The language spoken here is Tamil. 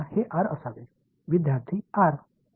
எனவே இது ஒரு என்றால்மற்றும்என்றால் ஆக இருக்க வேண்டும்